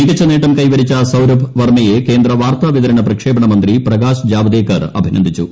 മികച്ച നേട്ടം കൈവരിച്ചു സൌരഭ് വർമ്മയെ കേന്ദ്ര പ്പാർത്താ വിതരണ പ്രക്ഷേപണ മന്ത്രി പ്രകാശ് ജാവദേക്കർ അഭിനന്ദിച്ചു